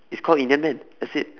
it's called indian man that's it